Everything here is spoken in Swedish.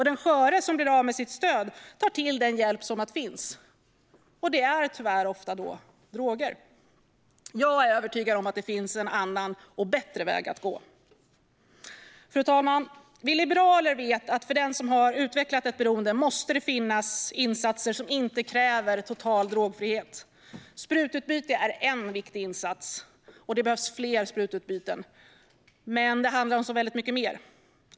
Den sköre som blir av med sitt stöd tar till den hjälp som finns, vilket tyvärr ofta är just droger. Jag är övertygad om att det finns en annan och bättre väg att gå. Fru talman! Vi liberaler vet att för den som har utvecklat ett beroende måste det finnas insatser som inte kräver total drogfrihet. Sprututbyte är en viktig insats, och det behövs fler sprututbyten, men det handlar om så mycket mer.